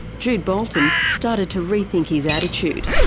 jude bolton started to re-think his attitude.